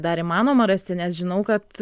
dar įmanoma rasti nes žinau kad